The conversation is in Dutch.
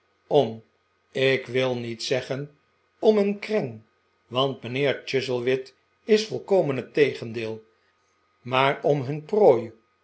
om ik wil niet zeggen om een kreng want mijnheer chozzlewit is volkomen het tegendeel maar om hun prooi